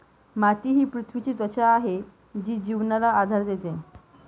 माती ही पृथ्वीची त्वचा आहे जी जीवनाला आधार देते